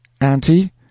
Auntie